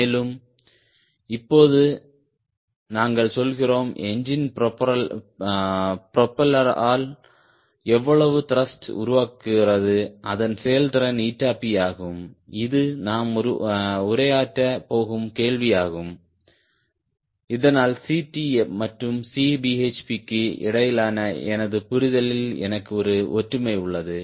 மேலும் இப்போது நாங்கள் சொல்கிறோம் என்ஜின் ப்ரொபெல்லரால் எவ்வளவு த்ருஷ்ட் உருவாக்குகிறது அதன் செயல்திறன் P ஆகும் இது நாம் உரையாற்றப் போகும் கேள்வி ஆகும் இதனால் Ct மற்றும் Cbhp க்கு இடையிலான எனது புரிதலில் எனக்கு ஒரு ஒற்றுமை உள்ளது